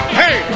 hey